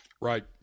Right